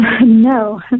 No